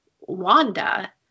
Wanda